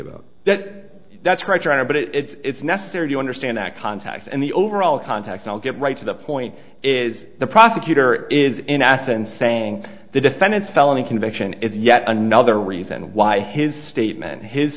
about that that's right but it's necessary to understand that contact and the overall context i'll get right to the point is the prosecutor is in essence saying the defendant's felony conviction is yet another reason why his statement his